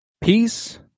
peace